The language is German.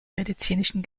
medizinischen